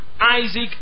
Isaac